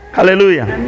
Hallelujah